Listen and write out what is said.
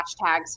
hashtags